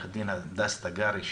עורכת דין הדס תגרי,